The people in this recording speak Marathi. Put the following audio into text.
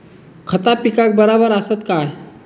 खता पिकाक बराबर आसत काय?